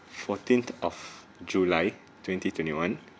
fourteenth of july twenty twenty one